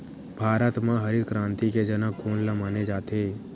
भारत मा हरित क्रांति के जनक कोन ला माने जाथे?